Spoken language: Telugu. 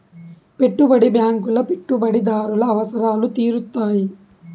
పెట్టుబడి బ్యాంకులు పెట్టుబడిదారుల అవసరాలు తీరుత్తాయి